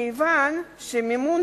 כיוון שמימון,